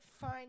fine